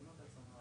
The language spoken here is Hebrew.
אני אגיד לך.